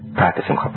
practicing